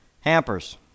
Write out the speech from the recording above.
hampers